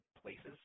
Places